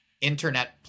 internet